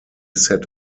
set